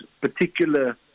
particular